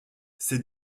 ces